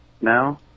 now